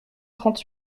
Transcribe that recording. trente